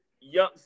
young